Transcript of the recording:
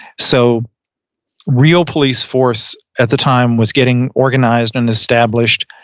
so real police force at the time was getting organized and established,